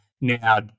now